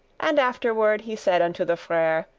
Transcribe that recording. and afterward he said unto the frere,